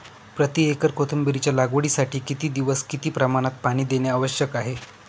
प्रति एकर कोथिंबिरीच्या लागवडीसाठी किती दिवस किती प्रमाणात पाणी देणे आवश्यक आहे?